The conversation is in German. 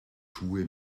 schuhe